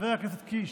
חבר הכנסת קיש.